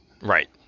Right